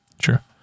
Sure